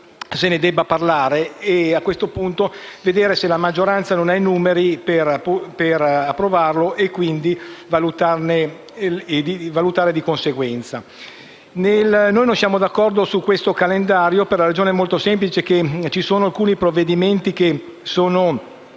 che se ne parli e, a questo punto, vedere se la maggioranza non ha i numeri per approvarlo e quindi valutare di conseguenza. Non siamo d'accordo su questo calendario, per la ragione molto semplice che ci sono alcuni provvedimenti che sono